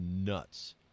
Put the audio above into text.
nuts